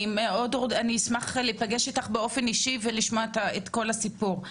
אני אשמח להיפגש איתך באופן אישי ולשמוע את כל הסיפור.